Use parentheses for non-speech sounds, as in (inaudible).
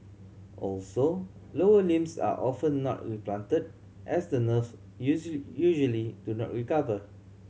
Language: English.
also lower limbs are often not replanted as the nerves (unintelligible) usually do not recover